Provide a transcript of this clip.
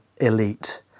elite